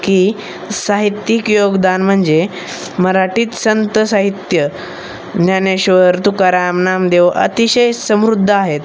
की साहित्यिक योगदान म्हणजे मराठीत संत साहित्य ज्ञानेश्वर तुकाराम नामदेव अतिशय समृद्ध आहेत